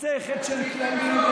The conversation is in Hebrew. בואו נקדם פה בכנסת ישראל מסכת של כללים,